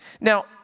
Now